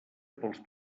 pels